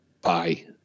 Bye